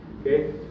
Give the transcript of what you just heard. Okay